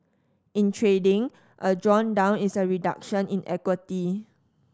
in trading a drawdown is a reduction in equity